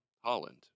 Holland